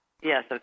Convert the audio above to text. Yes